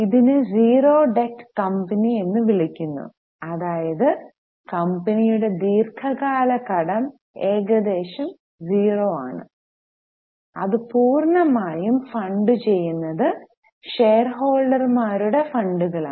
ഇതിനെ zero debt company എന്ന് വിളിക്കുന്നു അതായത് കമ്പനിയുടെ ദീർഘകാല കടം ഏകദേശം 0 ആണ് ഇത് പൂർണ്ണമായും ഫണ്ട് ചെയ്യുന്നത് ഷെയർഹോൾഡർമാരുടെ ഫണ്ടുകളാണ്